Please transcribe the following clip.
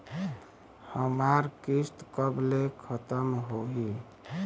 हमार किस्त कब ले खतम होई?